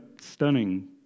stunning